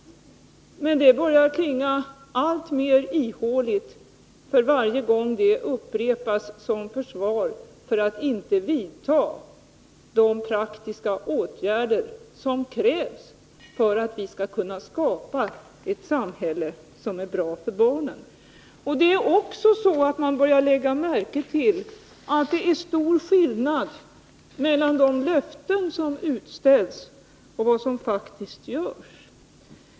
Men det börjar klinga alltmer ihåligt för varje gång det upprepas som försvar för att inte vidta de praktiska åtgärder som krävs för att vi skall kunna skapa ett samhälle som är bra för barnen. Man börjar också lägga märke till att det är stor skillnad mellan de löften som utställs och vad som faktiskt görs.